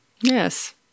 Yes